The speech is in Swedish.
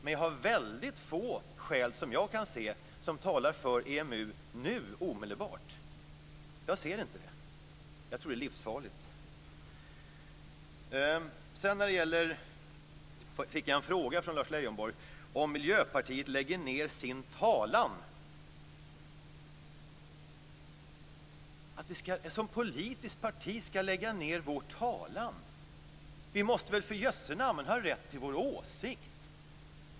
Men jag kan se väldigt få skäl som talar för att vi ska gå med i EMU nu omedelbart. Jag ser inga sådana. Jag tror att det är livsfarligt. Jag fick frågan om Miljöpartiet lägger ned sin talan från Lars Leijonborg. Ska vi som politiskt parti lägga ned vår talan? Vi måste väl för jösse namn ha rätt till vår åsikt!